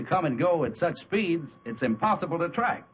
to come and go it's such speeds it's impossible to tr